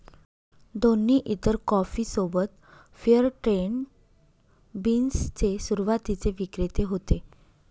दोन्ही इतर कॉफी सोबत फेअर ट्रेड बीन्स चे सुरुवातीचे विक्रेते होते